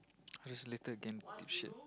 this little game shit